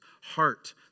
heart